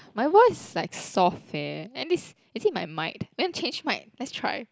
my voice like soft eh and this I think my mic then change mic let's try